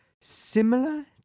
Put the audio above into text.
similar